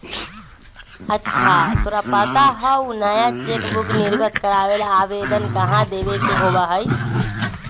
अच्छा तोरा पता हाउ नया चेकबुक निर्गत करावे ला आवेदन कहाँ देवे के होबा हई?